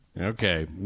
Okay